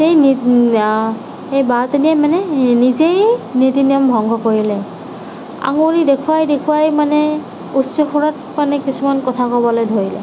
সেই বাজনীয়ে মানে নিজেই নীতি নিয়ম ভংগ কৰিলে আঙুলি দেখুৱাই দেখুৱাই মানে উচ্চ সুৰত মানে কিছুমান কথা ক'বলৈ ধৰিলে